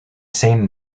same